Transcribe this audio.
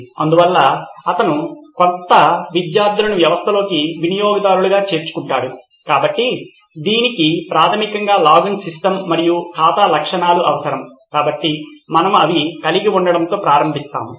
అందువల్ల అతను కొత్త విద్యార్థులను వ్యవస్థలోకి వినియోగదారులుగా చేర్చుకుంటాడు కాబట్టి దీనికి ప్రాథమికంగా లాగిన్ సిస్టమ్ మరియు ఖాతా లక్షణాలు అవసరం కాబట్టి మనము అవి కలిగి ఉండడంతో ప్రారంభిస్తాము